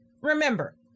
Remember